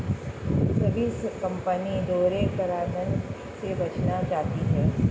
सभी कंपनी दोहरे कराधान से बचना चाहती है